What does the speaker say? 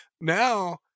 Now